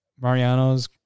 Mariano's